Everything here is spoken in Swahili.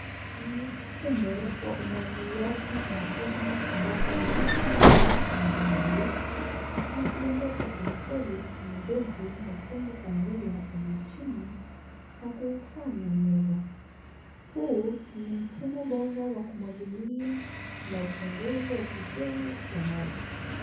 Ni mfumo wa umwagiliaji wa matone ambapo maji yanatoka kwenye bomba nyeusi na kudondoka pole pole kwenye udongo mwekundu kahawia ulio chini na kuufanya unyevu. Huu ni mfumo bora wa kumwagilia unaopunguza upotevu wa maji.